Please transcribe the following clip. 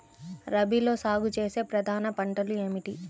రబీలో సాగు చేసే ప్రధాన పంటలు ఏమిటి?